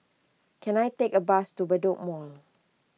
can I take a bus to Bedok Mall